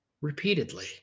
repeatedly